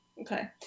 Okay